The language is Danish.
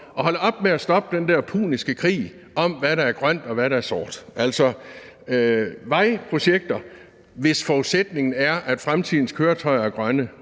at holde op med at stoppe den der puniske krig om, hvad der er grønt, og hvad der er sort. Hvis forudsætningen er, at fremtidens køretøjer er grønne,